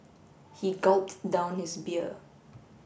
he gulped down his beer